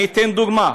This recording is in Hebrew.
אני אתן דוגמה: